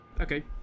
Okay